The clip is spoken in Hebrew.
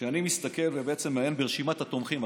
כשאני מסתכל ובעצם מעיין ברשימת התומכים,